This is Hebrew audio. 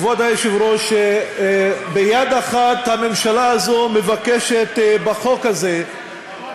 כבוד היושב-ראש, כנסת נכבדה, כבוד השר,